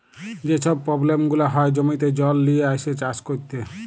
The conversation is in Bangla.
যে ছব পব্লেম গুলা হ্যয় জমিতে জল লিয়ে আইসে চাষ ক্যইরতে